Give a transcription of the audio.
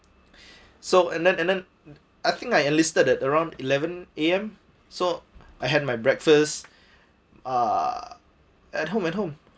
so and then and then I think I enlisted at around eleven A_M so I had my breakfast uh at home at home